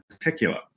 particular